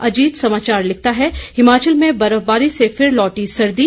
अजीत समाचार लिखता है हिमाचल में बर्फबारी से फिर लोटी सर्दी